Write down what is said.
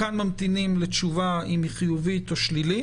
כאן ממתינים לתשובה אם היא חיובית או שלילית.